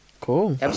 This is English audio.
cool